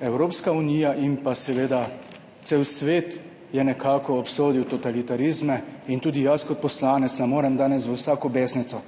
Evropska unija in seveda cel svet sta nekako obsodila totalitarizme. In tudi jaz kot poslanec ne morem danes v vsako beznico.